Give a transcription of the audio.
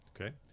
Okay